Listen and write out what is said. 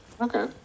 Okay